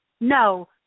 No